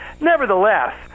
Nevertheless